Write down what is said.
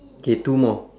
K two more